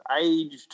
aged